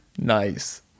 nice